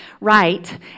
right